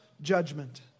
judgment